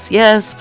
yes